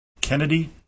Kennedy